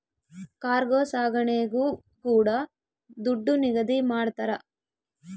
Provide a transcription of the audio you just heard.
cargo ಸಾಗಣೆಗೂ ಕೂಡ ದುಡ್ಡು ನಿಗದಿ ಮಾಡ್ತರ